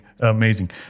Amazing